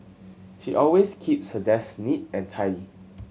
she always keeps her desk neat and tidy